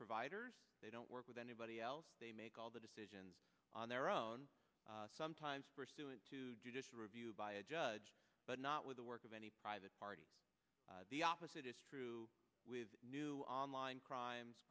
providers they don't work with anybody else they make all the decisions on their own sometimes pursuant to judicial review by a judge but not with the work of any private party the opposite is true with new online crimes